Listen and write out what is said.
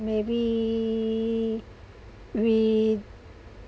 maybe we